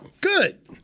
Good